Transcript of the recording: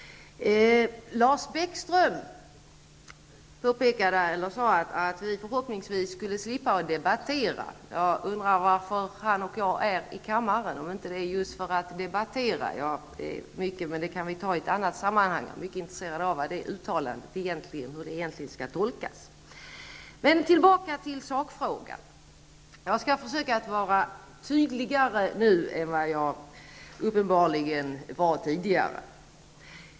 Lars Bäckström sade att vi förhoppningsvis skulle slippa att debattera. Jag undrar varför han och jag befinner oss i denna kammare om det inte är just för att debattera. Jag är mycket intresserad av hur det uttalandet egentligen skall tolkas, men det kan vi ta i ett annat sammanhang. Tillbaka till sakfrågan. Jag skall nu försöka vara tydligare än vad jag tidigare var.